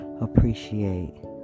appreciate